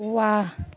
वाह